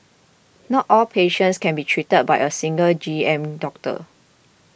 not all patients can be treated by a single G M doctor